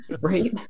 Right